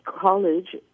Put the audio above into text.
college